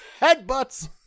headbutts